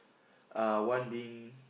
uh one being